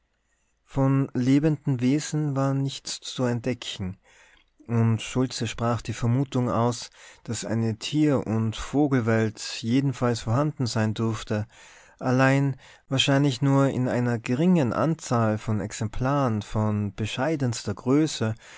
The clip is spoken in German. von lebenden wesen war nichts zu entdecken und schultze sprach die vermutung aus daß eine tier und vogelwelt jedenfalls vorhanden sein dürfte allein wahrscheinlich nur in einer geringen anzahl von exemplaren von bescheidenster größe